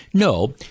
No